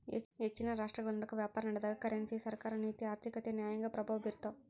ಹೆಚ್ಚಿನ ರಾಷ್ಟ್ರಗಳನಡುಕ ವ್ಯಾಪಾರನಡೆದಾಗ ಕರೆನ್ಸಿ ಸರ್ಕಾರ ನೀತಿ ಆರ್ಥಿಕತೆ ನ್ಯಾಯಾಂಗ ಪ್ರಭಾವ ಬೀರ್ತವ